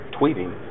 tweeting